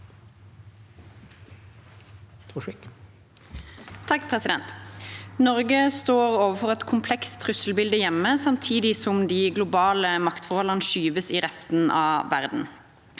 (V) Norge står overfor et komplekst trusselbilde hjemme, samtidig som de globale maktforholdene forskyves i resten av verden.